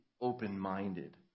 open-minded